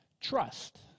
Trust